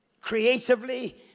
creatively